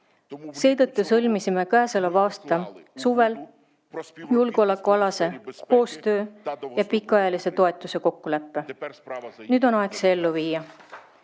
Seetõttu sõlmisime käesoleva aasta suvel julgeolekualase koostöö ja pikaajalise toetuse kokkuleppe. Nüüd on aeg see ellu viia.